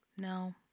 no